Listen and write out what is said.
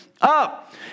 up